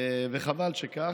וחבל שכך.